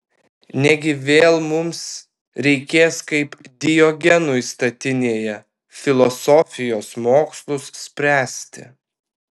negi vėl mums reikės kaip diogenui statinėje filosofijos mokslus spręsti